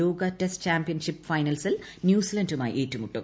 ലോക test championship ഫൈനൽസിൽ ന്യൂസിലന്റുമായി ഏറ്റുമുട്ടും